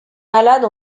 malade